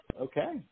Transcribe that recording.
okay